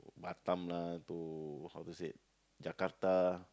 Batam lah to how to say Jakarta